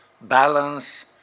balance